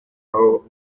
aho